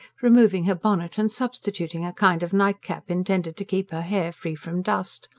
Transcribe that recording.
removing her bonnet and substituting a kind of nightcap intended to keep her hair free from dust.